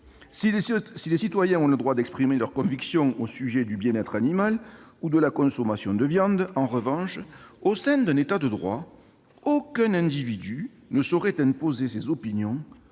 Si les citoyens ont le droit d'exprimer leurs convictions au sujet du bien-être animal ou de la consommation de viande, en revanche, au sein d'un État de droit, aucun individu ne saurait imposer ses opinions